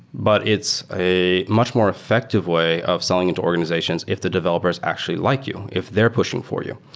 but it's a much more effective way of selling into organizations if the developers actually like you, if they're pushing for you.